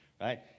right